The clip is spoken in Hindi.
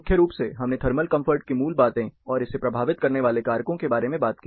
मुख्य रूप से हमने थर्मल कम्फर्ट की मूल बातें और इसे प्रभावित करने वाले कारकों के बारे में बात की